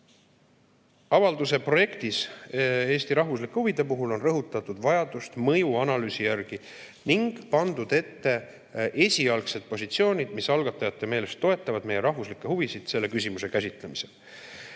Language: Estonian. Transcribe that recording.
Avalduse projektis on Eesti rahvuslike huvide puhul rõhutatud vajadust mõjuanalüüsi järele ning pandud ette esialgsed positsioonid, mis algatajate meelest toetavad meie rahvuslikke huvisid selle küsimuse käsitlemisel.